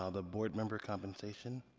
ah the board member compensation.